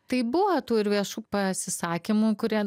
tai buvo tų ir viešų pasisakymų kurie